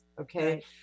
okay